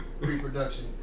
pre-production